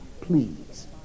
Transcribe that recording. please